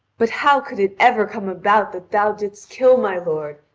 but how could it ever come about that thou didst kill my lord,